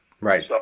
Right